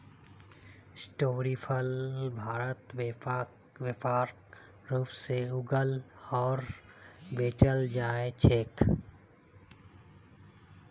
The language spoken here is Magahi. स्ट्रोबेरीर फल भारतत व्यापक रूप से उगाल आर बेचाल जा छेक